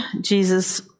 Jesus